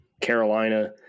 Carolina